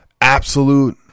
absolute